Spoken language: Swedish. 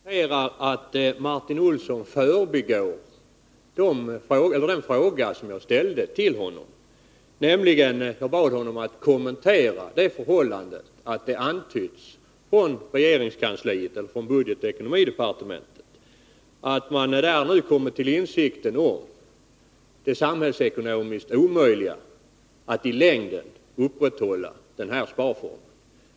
Herr talman! Jag noterar att Martin Olsson förbigår den fråga som jag ställde till honom. Jag bad honom att kommentera det förhållandet, att det har antytts från budgetoch ekonomidepartementet att man där har kommit tillinsikt om det samhällsekonomiskt omöjliga att i längden upprätthålla den här sparformen.